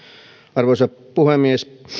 arvoisa puhemies